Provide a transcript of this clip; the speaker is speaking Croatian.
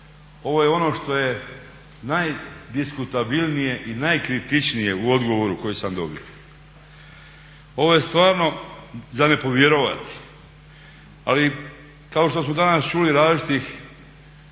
ovo je ono što je najdiskutabilnije i najkritičnije u odgovoru koji sam dobio. Ovo je stvarno za nepovjerovati. Ali kao što smo danas čuli različitih